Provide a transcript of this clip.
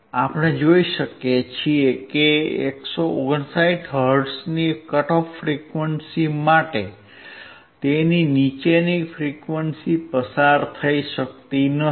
આપણે જોઈ શકીએ છીએ કે 159 હર્ટ્ઝની કટ ઓફ ફ્રીક્વન્સી માટે તેની નીચેની ફ્રીક્વંસી પસાર થઈ શકતી નથી